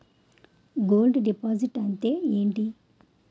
Gold deposit అంతే ఎంటి?